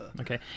Okay